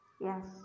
Yes